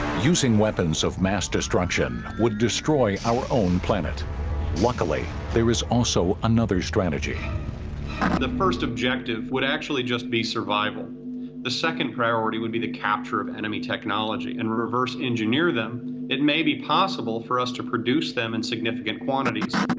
using weapons of mass destruction would destroy our own planet luckily there is also another strategy the first objective would actually just be survival the second priority would be the capture of enemy technology and reverse-engineer them it may be possible for us to produce them in significant quantities